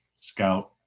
scout